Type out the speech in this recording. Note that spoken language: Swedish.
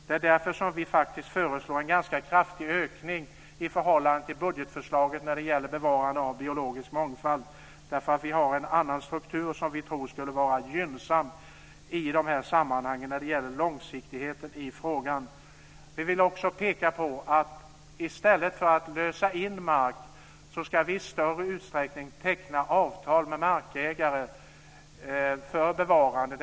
Det är därför som vi faktiskt föreslår en ganska kraftig ökning i förhållande till budgetförslaget när det gäller bevarande av biologisk mångfald. Vi har en annan struktur som vi tror skulle vara gynnsam när det gäller långsiktigheten i frågan. Vi vill också peka på att vi i stället för att lösa in mark i större utsträckning ska teckna avtal med markägare för bevarande.